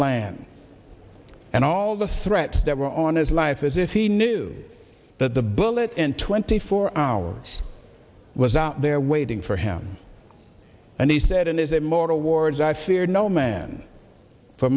land and all the threats that were on his life as if he knew that the bullet in twenty four hours was out there waiting for him and he said and is it more towards i fear no man for